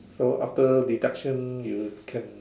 so after deduction you can